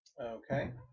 Okay